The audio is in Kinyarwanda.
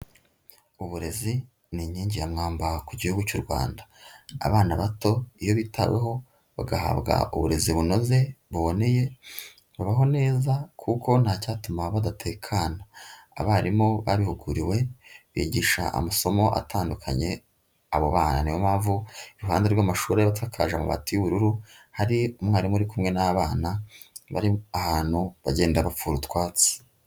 Uburezi ni inkingi ya mwamba ku gihugu cy'u Rwanda, abana bato iyo bitaweho bagahabwa uburezi bunoze buboneye, babaho neza kuko nta cyatuma badatekana, abarimu babihuguriwe bigisha amasomo atandukanye abo bana, ni yo mpamvu iruhande rw'amashuri ashakaje amabat y'ubururu hari umwarimu uri kumwe n'abana bari ahantu bagenda bapfura utwatsi.